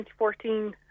2014